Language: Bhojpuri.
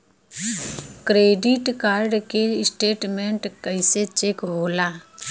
क्रेडिट कार्ड के स्टेटमेंट कइसे चेक होला?